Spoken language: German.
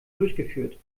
durchgeführt